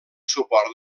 suport